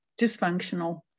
dysfunctional